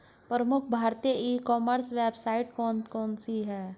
प्रमुख भारतीय e commerce website कौन कौन सी हैं?